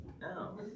No